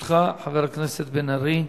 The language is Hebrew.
לרשותך, חבר הכנסת בן-ארי,